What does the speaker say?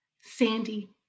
Sandy